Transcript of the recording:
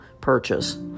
purchase